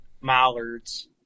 mallards